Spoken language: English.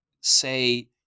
say